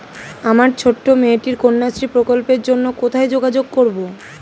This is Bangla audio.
আমার ছোট্ট মেয়েটির কন্যাশ্রী প্রকল্পের জন্য কোথায় যোগাযোগ করব?